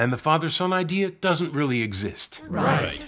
and the father so my idea doesn't really exist right